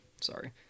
sorry